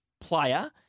player